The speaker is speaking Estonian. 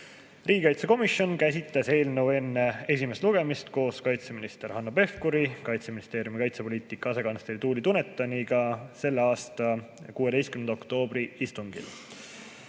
nähtavamaks. Riigikaitsekomisjon käsitles eelnõu enne esimest lugemist koos kaitseminister Hanno Pevkuri, Kaitseministeeriumi kaitsepoliitika asekantsleri Tuuli Dunetoniga selle aasta 16. oktoobri istungil.